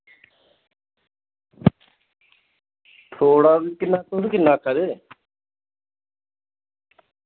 थोह्ड़ा बी किन्ना तुस किन्ना आक्खा दे